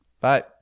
Bye